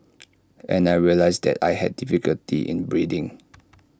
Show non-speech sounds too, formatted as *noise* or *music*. *noise* and I realised that I had difficulty in breathing